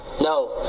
No